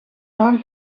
naar